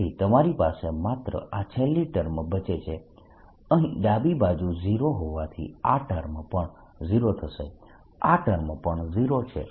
તેથી તમારી પાસે માત્ર આ છેલ્લી ટર્મ બચે છે અહીં ડાબી બાજુ 0 હોવાથી આ ટર્મ પણ 0 થશે આ ટર્મ પણ 0 છે